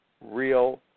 real